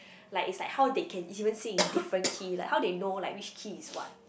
like it's like how they can even sing in different key like how they know like which key is what